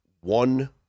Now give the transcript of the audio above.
one